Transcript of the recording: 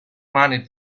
money